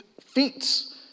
feats